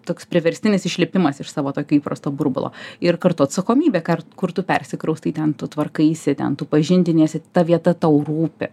toks priverstinis išlipimas iš savo tokio įprasto burbulo ir kartu atsakomybė kar kur tu persikraustai ten tu tvarkaisi ten tu pažindiniesi ta vieta tau rūpi